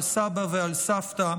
על סבא ועל סבתא,